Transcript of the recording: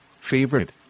Favorite